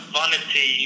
vanity